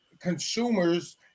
consumers